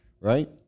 right